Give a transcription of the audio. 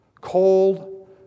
cold